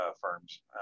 firms